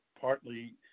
partly